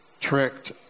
Tricked